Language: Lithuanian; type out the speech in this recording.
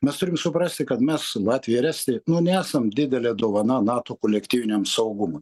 mes turim suprasti kad mes latvija ir estija nu nesam didelė dovana nato kolektyviniam saugumui